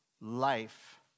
life